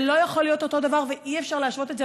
זה לא יכול להיות אותו דבר ואי-אפשר להשוות את זה,